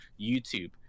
YouTube